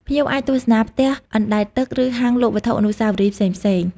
ភ្ញៀវអាចទស្សនាផ្ទះអណ្ដែតទឹក ឬហាងលក់វត្ថុអនុស្សាវរីយ៍ផ្សេងៗ។